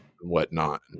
whatnot